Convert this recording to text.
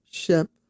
Ship